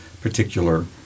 particular